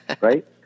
Right